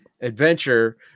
adventure